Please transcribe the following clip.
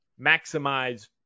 maximize